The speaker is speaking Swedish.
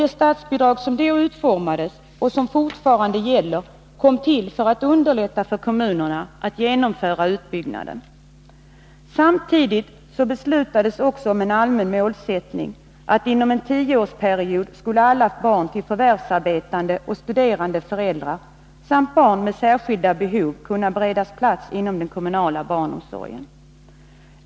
Det statsbidragssystem som då utformades och som fortfaran 139 de gäller kom till för att underlätta för kommunerna att genomföra utbyggnaden. Samtidigt fastställdes också den allmänna målsättningen att alla barn till förvärvsarbetande och studerande föräldrar samt barn med särskilda behov inom en tioårsperiod skulle kunna beredas plats inom den kommunala barnomsorgen.